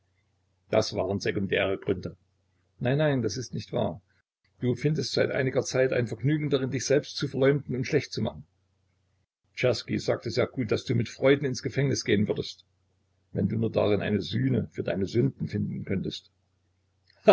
das waren sekundäre gründe nein nein das ist nicht wahr du findest seit einiger zeit ein vergnügen darin dich selbst zu verleumden und schlecht zu machen czerski sagte sehr gut daß du mit freude ins gefängnis gehen würdest wenn du nur darin eine sühne für deine sünden finden könntest